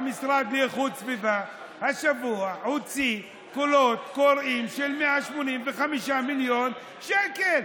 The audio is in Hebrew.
המשרד לאיכות הסביבה השבוע הוציא קולות קוראים של 185 מיליון שקל.